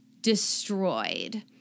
destroyed